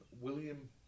William